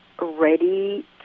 ready